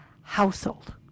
household